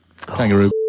Kangaroo